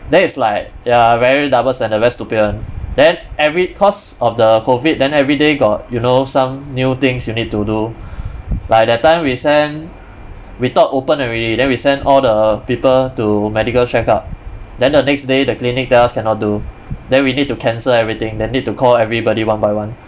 then it's like ya very dubious and the very stupid [one] then every cause of the COVID then everyday got you know some new things you need to do like that time we send we thought open already then we send all the people to medical check-up then the next day the clinic tell us cannot do then we need to cancel everything then need to call everybody one by one